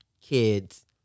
kids